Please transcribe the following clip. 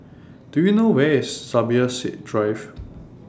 Do YOU know Where IS Zubir Said Drive